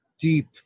deep